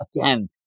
Again